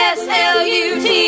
slut